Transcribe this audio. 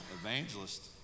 evangelist